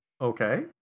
Okay